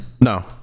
No